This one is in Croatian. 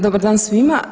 Dobar dan svima.